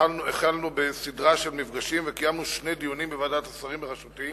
החלנו בסדרה של מפגשים וקיימנו שני דיונים בוועדת השרים בראשותי,